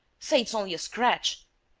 say it's only a scratch!